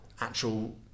actual